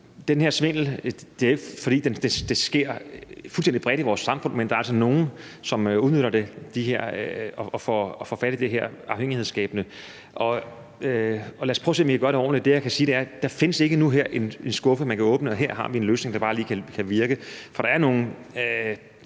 den her svindel sker fuldstændig bredt i vores samfund, men der er altså nogle, som udnytter det og får fat i den her afhængighedsskabende medicin. Lad os prøve at se, om vi kan gøre det ordentligt. Det, jeg kan sige, er, der ikke nu her findes en skuffe, man kan åbne, hvor der er en løsning, der bare lige kan virke. For der er både